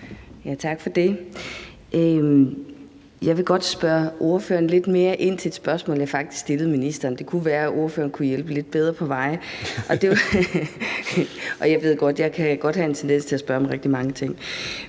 Tak for det. Jeg vil godt spørge ordføreren lidt mere ind til noget, jeg faktisk spurgte ministeren om; det kunne være, at ordføreren kunne hjælpe lidt bedre på vej. Jeg ved godt, at jeg kan have en tendens til at spørge om rigtig mange ting.